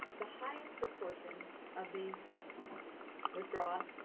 the highest proportion of these withdraws,